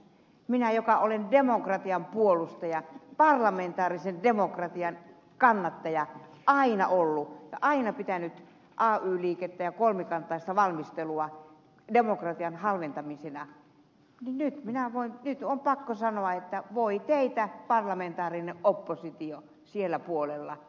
minun joka olen demokratian puolustaja parlamentaarisen demokratian kannattaja aina ollut ja aina pitänyt ay liikettä ja kolmikantaista valmistelua demokratian halventamisena nyt on pakko sanoa että voi teitä parlamentaarinen oppositio siellä puolella